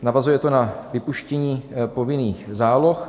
Navazuje to na vypuštění povinných záloh.